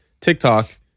TikTok